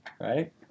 right